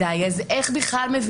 בעיניי לא בכל תהליך של העסקה של אדם